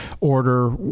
order